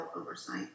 oversight